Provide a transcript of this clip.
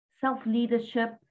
self-leadership